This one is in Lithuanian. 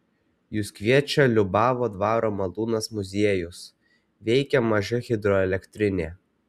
jus kviečia liubavo dvaro malūnas muziejus veikia maža hidroelektrinė